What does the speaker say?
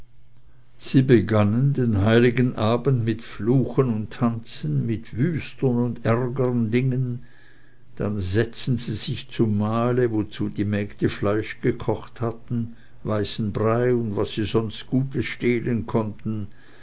sie begannen den heiligen abend mit fluchen und tanzen mit wüstern und ärgern dingen dann setzten sie sich zum mahle wozu die mägde fleisch gekocht hatten weißen brei und was sie sonst gutes stehlen konnten